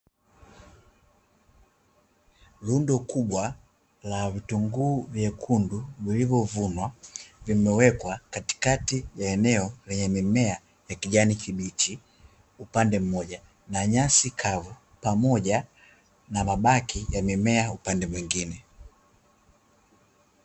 Rundo kubwa ka vitunguu vyekundu vilivyovunwa, vimewekwa katikati ya eneo lenye mimea ya kijani kibichi upande mmoja na nyasi kavu, pamoja na mabaki ya mimea upande mwingine.